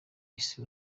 iki